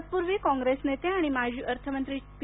तत्पूर्वी काँग्रेस नेते आणि माजी अर्थमंत्री पी